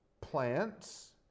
plants